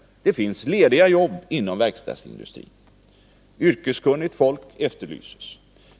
Det finns lediga jobb inom verkstadsindustrin, och yrkeskunnigt folk efterlyses.